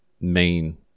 main